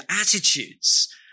attitudes